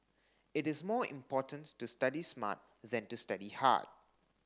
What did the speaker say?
it is more important to study smart than to study hard